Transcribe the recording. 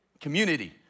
Community